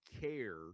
care